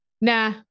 nah